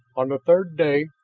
on the third day,